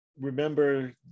remember